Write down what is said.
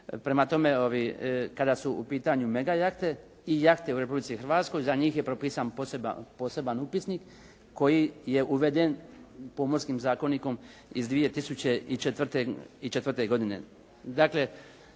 Prema tome, kada su u pitanju mega jahte i jahte u Republici Hrvatskoj za njih je propisan poseban upisnik koji je uveden Pomorskim zakonikom iz 2004. godine.